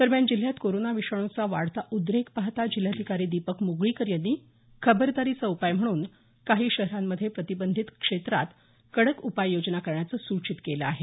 दरम्यान जिल्ह्यात कोरोना विषाणूचा वाढता उद्रेक पाहता जिल्हाधिकारी दिपक म्गळीकर यांनी खबरदारीचा उपाय म्हणून काही शहरामध्ये प्रतिबंधीत क्षेत्रात कडक उपाययोजना करण्याचे सूचित केले आहे